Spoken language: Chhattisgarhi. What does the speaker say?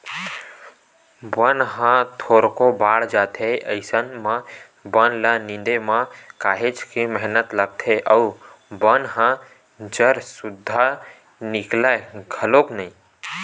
बन ह थोरको बाड़ जाथे अइसन म बन ल निंदे म काहेच के मेहनत लागथे अउ बन ह जर सुद्दा निकलय घलोक नइ